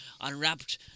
unwrapped